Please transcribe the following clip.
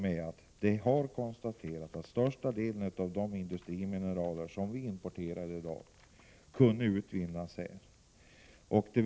Det har nämligen konstaterats att största delen av de industrimineraler vi importerar i dag skulle kunna utvinnas i Sverige.